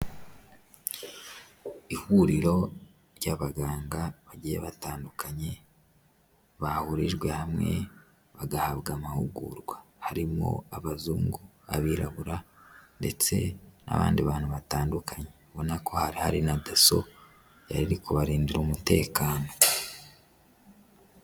Ihuriro ry'abaganga bagiye batandukanye, bahurijwe hamwe bagahabwa amahugurwa. Harimo abazungu n'abirabura ndetse n'abandi bantu batandukanye. Urabona ko hari hari na daso yari ari kubarindira umutekano.